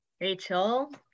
Rachel